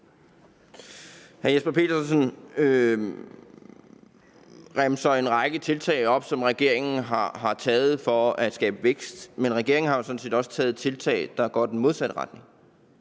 Hr. Jesper Petersen remser en række tiltag op, som regeringen har taget for at skabe vækst, men regeringen har jo sådan set også taget tiltag, der går i den modsatte retning.